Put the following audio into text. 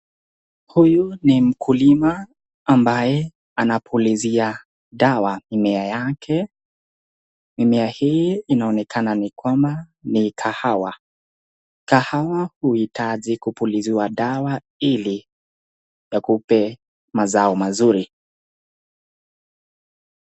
Huyu ni mkulima ambaye anapulizia dawa mmea yake, mimea hii inaonekana ni kahawa, kahawa huitaji kupuliziwa dawa ili akupe mazao mazuri.